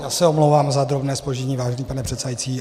Já se omlouvám za drobné zpoždění, vážený pane předsedající.